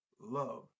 Love